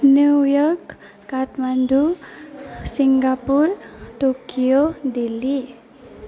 New York Kathmandu Singapore Tokyo Delhi